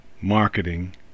marketing